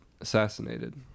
assassinated